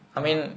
ya